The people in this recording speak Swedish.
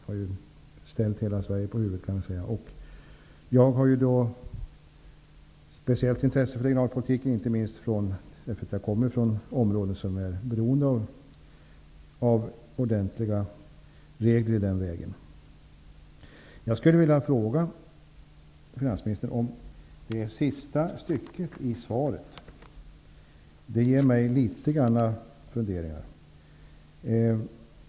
Man kan säga att den har ställt hela Sverige på huvudet. Jag har ett speciellt intresse för regionalpolitiken, inte minst därför att jag kommer från ett område som är beroende av ordentliga regler av detta slag. Jag vill fråga finansministern om den sista delen av svaret. Det ger mig litet funderingar.